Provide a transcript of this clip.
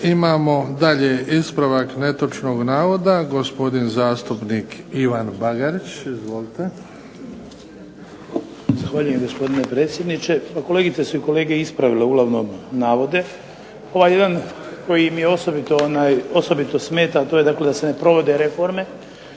Imamo dalje ispravak netočnog navoda, gospodin zastupnik Ivan Bagarić. Izvolite. **Bagarić, Ivan (HDZ)** Zahvaljujem gospodine predsjedniče. Pa kolegice su i kolege ispravile uglavnom navode. Ovaj jedan koji mi je osobito smeta, to je dakle da se ne provode reforme.